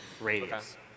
radius